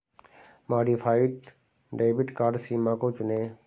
modified debit card सीमा को चुनें